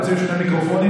רוצים שני מיקרופונים?